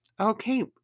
Okay